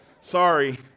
Sorry